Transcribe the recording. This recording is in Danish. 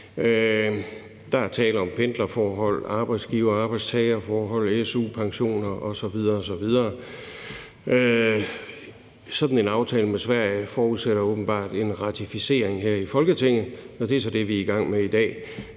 Der er tale om pendlerforhold, arbejdsgiver- og arbejdstagerforhold, su, pension osv. osv. Sådan en aftale med Sverige forudsætter åbenbart en ratificering her i Folketinget, og det er så det, vi er i gang med i dag.